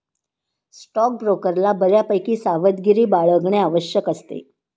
स्टॉकब्रोकरला बऱ्यापैकी सावधगिरी बाळगणे आवश्यक असते